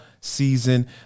season